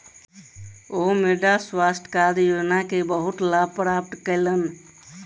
ओ मृदा स्वास्थ्य कार्ड योजना के बहुत लाभ प्राप्त कयलह्नि